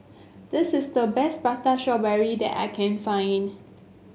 this is the best Prata Strawberry that I can find